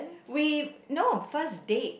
we no first date